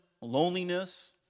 loneliness